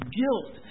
guilt